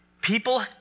People